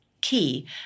key